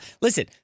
listen